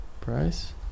Price